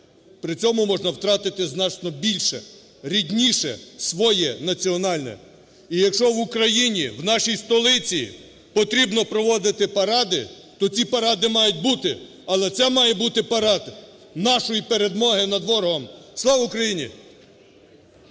при цьому можна втратити значно більше: рідніше, своє, національне. І якщо в Україні в нашій столиці потрібно проводити паради, то ці паради мають бути, але це має бути парад нашої перемоги над ворогом. Слава Україні!